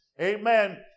amen